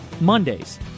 Mondays